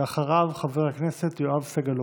ואחריו חבר הכנסת יואב סגלוביץ'.